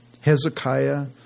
Hezekiah